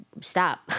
stop